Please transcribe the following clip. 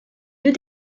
deux